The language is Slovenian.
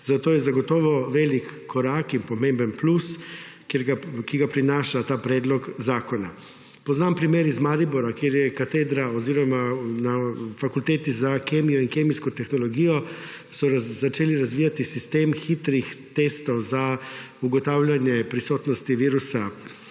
zato je zagotovo velik korak in pomemben plus, ki ga prinaša ta predlog zakona. Poznam primer iz Maribora, kjer so na Fakulteti za kemijo in kemijsko tehnologijo začeli razvijati sistem hitrih testov za ugotavljanje prisotnosti virusa